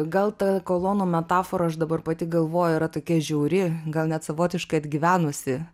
gal ta kolonų metafora aš dabar pati galvoju yra tokia žiauri gal net savotiškai atgyvenusi